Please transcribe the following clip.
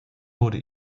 wurde